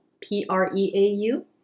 P-R-E-A-U